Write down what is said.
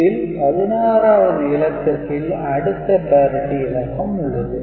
இதில் 16 வது இலக்கத்தில் அடுத்த parity இலக்கம் உள்ளது